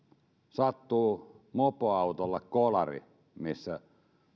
sattuu mopoautolle kolari missä